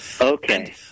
Okay